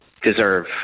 deserve